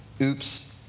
Oops